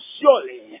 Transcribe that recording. surely